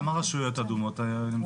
כמה רשויות אדומות יש היום?